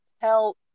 tell